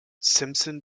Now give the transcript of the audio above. simpson